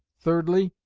thirdly,